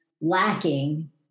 lacking